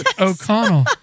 O'Connell